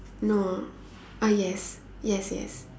no uh yes yes yes